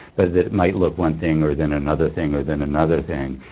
but that it might look one thing or then another thing or then another thing,